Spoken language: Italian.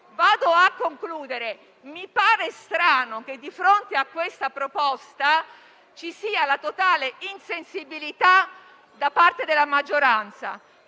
Mi pare strano che, di fronte a questa proposta, ci sia la totale insensibilità da parte della maggioranza.